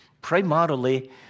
Primarily